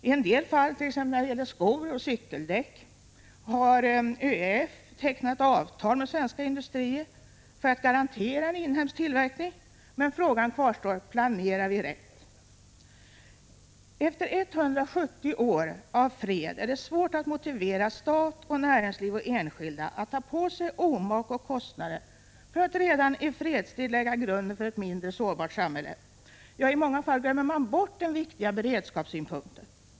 I en del fall, t.ex. när det gäller skor och cykeldäck, har ÖEF tecknat avtal med svenska industrier för att garantera en inhemsk tillverkning. Men frågan kvarstår: Planerar vi rätt? Efter 170 år av fred är det svårt att motivera stat, näringsliv och enskilda att ta på sig omak och kostnader för att redan i fredstid lägga grunden för ett mindre sårbart samhälle. Ja, i många fall glömmer man bort beredskapssynpunkten.